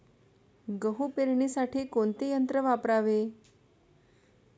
गहू पेरणीसाठी कोणते यंत्र वापरावे?